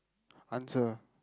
answer